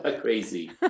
crazy